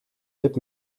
dit